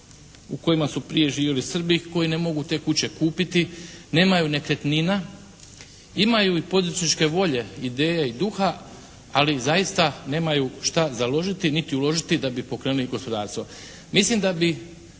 u kojima su prije živjeli Srbi, koji ne mogu te kuće kupiti, nemaju nekretnina, imaju i poduzetničke volje, ideje i duha, ali zaista nemaju šta založiti niti uložiti da bi pokrenuli gospodarstvo. Mislim da bi